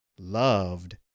Loved